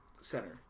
center